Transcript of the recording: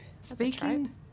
speaking